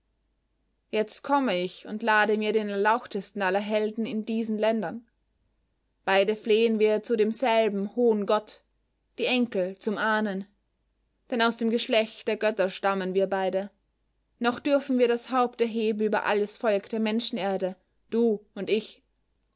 jetzt komme ich und lade mir den erlauchtesten aller helden in diesen ländern beide flehen wir zu demselben hohen gott die enkel zum ahnen denn aus dem geschlecht der götter stammen wir beide noch dürfen wir das haupt erheben über alles volk der menschenerde du und ich